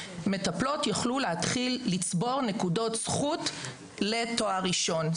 מטפלות יוכלו להתחיל לצבור נקודות זכות לתואר ראשון.